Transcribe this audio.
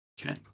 Okay